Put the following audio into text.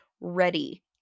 ready